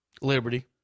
Liberty